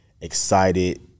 excited